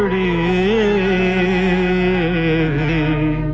a